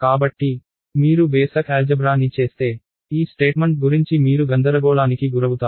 కాబట్టి మీరు ప్రాథమిక బీజగణితాన్ని చేస్తే ఈ ప్రకటన గురించి మీరు గందరగోళానికి గురవుతారు